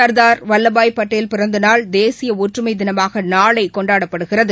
ச்தார் வல்வபாய் பட்டேல் பிறந்தநாள் தேசியஒற்றுமைதினமாகநாளைகொண்டாடப்படுகிறது